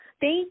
Thank